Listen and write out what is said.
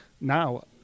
now